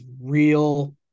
real